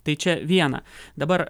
tai čia viena dabar